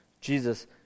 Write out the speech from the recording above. Jesus